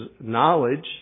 knowledge